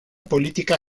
política